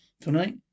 tonight